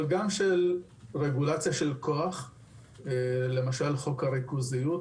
אבל גם רגולציה של כוח, למשל חוק הריכוזיות.